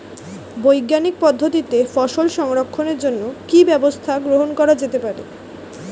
বৈজ্ঞানিক পদ্ধতিতে ফসল সংরক্ষণের জন্য কি ব্যবস্থা গ্রহণ করা যেতে পারে?